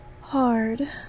hard